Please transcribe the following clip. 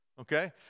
Okay